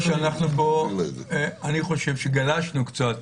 חושב שגלשנו קצת